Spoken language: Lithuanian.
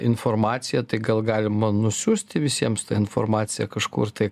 informaciją tai gal galima nusiųsti visiems tą informaciją kažkur tai